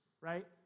right